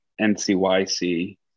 NCYC